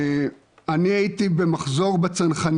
אני חושב שאנחנו נמצאים במצב של